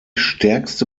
stärkste